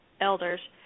elders